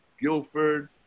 Guildford